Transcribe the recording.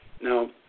Now